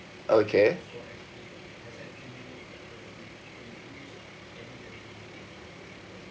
okay